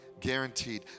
Guaranteed